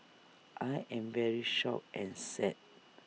I am very shocked and sad